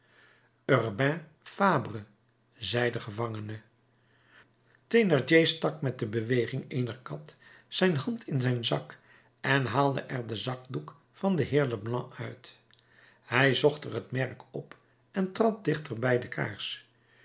fabre zei de gevangene thénardier stak met de beweging eener kat zijn hand in zijn zak en haalde er den zakdoek van den heer leblanc uit hij zocht er het merk op en trad dicht bij de kaars